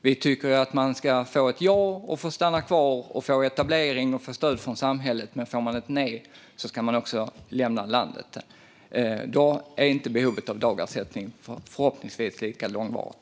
Vi tycker att om man får ett ja och får stanna kvar ska man få etablering och stöd från samhället, men om man får ett nej ska man lämna landet. Då är behovet av dagersättning förhoppningsvis inte lika långvarigt.